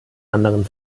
anderen